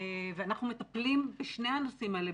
ואנחנו מטפלים בשני הנושאים האלה,